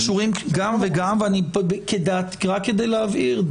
רק כדי להבהיר,